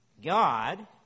God